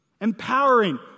empowering